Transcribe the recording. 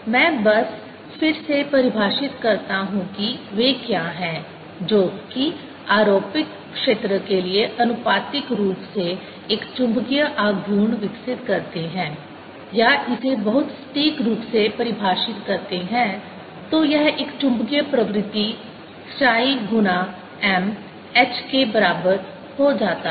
मैं बस फिर से परिभाषित करता हूं कि वे क्या हैं जो कि आरोपित क्षेत्र के लिए आनुपातिक रूप से एक चुंबकीय आघूर्ण विकसित करते हैं या इसे बहुत सटीक रूप से परिभाषित करते हैं तो यह एक चुंबकीय प्रवृत्ति chi गुणा m H के बराबर हो जाता है